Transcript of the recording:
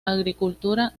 agricultura